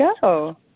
go